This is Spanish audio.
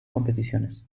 competiciones